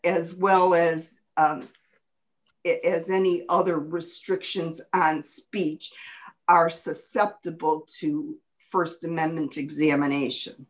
as well as it as any other restrictions on speech are susceptible to st amendment examination